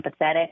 empathetic